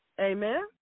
Amen